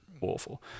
awful